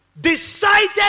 decided